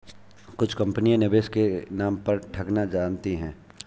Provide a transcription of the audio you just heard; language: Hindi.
कुछ कंपनियां निवेश के नाम पर ठगना जानती हैं